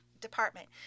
department